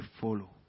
follow